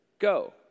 go